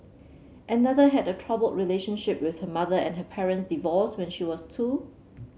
another had a troubled relationship with her mother and her parents divorced when she was two